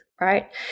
right